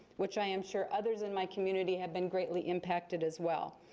which i'm sure others in my community have been greatly impacted as well.